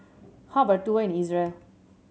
how about a tour in Israel